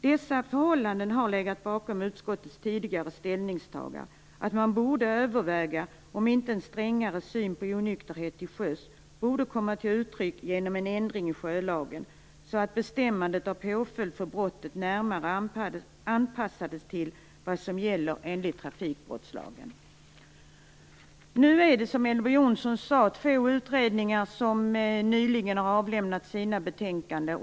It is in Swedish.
Dessa förhållanden har legat bakom utskottets tidigare ställningstagande att man borde överväga om inte en strängare syn på onykterhet till sjöss borde komma till uttryck genom en ändring i sjölagen. På så sätt skulle bestämmandet av påföljd för brottet närmare anpassas till vad som gäller enligt trafikbrottslagen. Som Elver Jonsson sade har nu två utredningar nyligen avlämnat sina betänkanden.